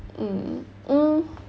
mm mm mm